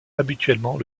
habituellement